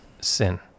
sin